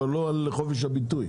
אבל לא על חופש הביטוי.